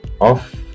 off